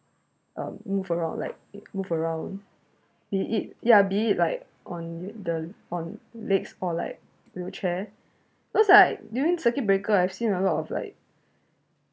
um move around like it move around it it ya be it like on the on legs or like wheelchair cause I during circuit breaker I've seen a lot of like